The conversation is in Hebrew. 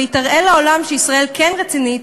והיא תראה לעולם שישראל כן רצינית,